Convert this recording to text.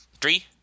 Three